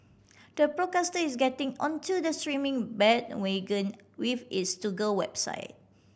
the broadcaster is getting onto the streaming bandwagon with its Toggle website